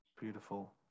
beautiful